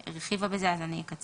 היא הרחיבה בזה אז אקצר.